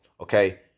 okay